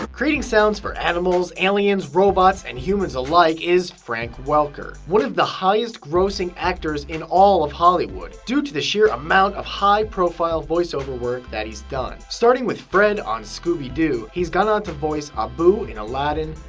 creating sounds for animals, aliens, robots, and humans alike is frank welker one of the highest-grossing actors in all of hollywood due to the sheer amount of high-profile voiceover work that he's done. starting with fred on scooby doo, he's gone on to voice abu in aladdin,